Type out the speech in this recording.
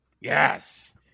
yes